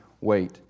wait